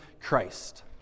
Christ